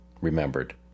remembered